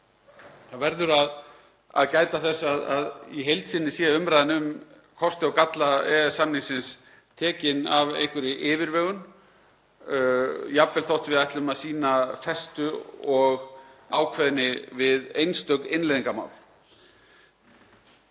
Það verður að gæta þess að í heild sinni sé umræðan um kosti og galla EES-samningsins tekin af einhverri yfirvegun, jafnvel þótt við ætlum að sýna festu og ákveðni við einstök innleiðingarmál.